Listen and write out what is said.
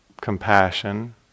compassion